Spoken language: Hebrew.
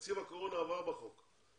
תקציב הקורונה עבר בחוק.